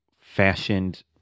fashioned